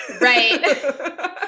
right